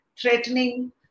threatening